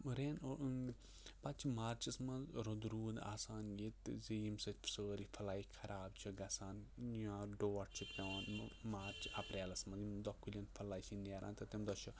رین پَتہٕ چھِ مارچَس منٛز رُدٕ روٗد آسان ییٚتہِ زِ ییٚمہِ سۭتۍ سٲرٕے پھٕلَے خراب چھِ گَژھان یا ڈوٹھ چھِ پیٚوان مارٕچ اَپریلَس منٛز ییٚمہِ دۄہ کُلیٚن پھٕلَے چھِ نیران تہٕ تمہِ دۄہ چھُ